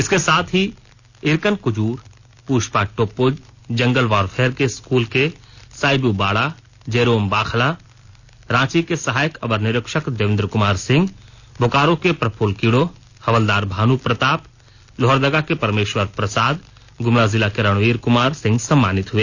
इसके साथ ही इरकन कुजूर पुष्पा टोप्पो जंगल वारफेयर के स्कूल के साइबू बाड़ा जेरोम बाखला रांची के सहायक अवर निरीक्षक देवेंद्र कमार सिंह बोकारो के प्रफ्ल्ल किडो हवलदार भानू प्रताप लोहरदगा के परमेश्वर प्रसाद गुमला जिला के रणवीर कुमार सिंह सम्मानित हुए